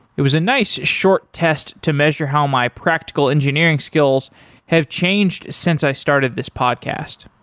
it was a nice short test to measure how my practical engineering skills have changed since i started this podcast.